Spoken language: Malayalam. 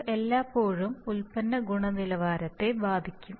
ഇത് എല്ലായ്പ്പോഴും ഉൽപ്പന്ന ഗുണനിലവാരത്തെ ബാധിക്കും